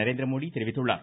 நரேந்திரமோடி தெரிவித்துள்ளார்